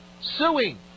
suing